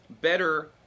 better